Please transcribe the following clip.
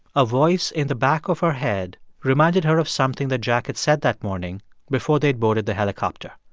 a voice in the back of her head reminded her of something that jack had said that morning before they'd boarded the helicopter.